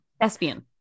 espion